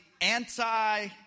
anti